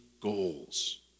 goals